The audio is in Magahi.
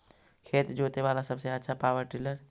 खेत जोते बाला सबसे आछा पॉवर टिलर?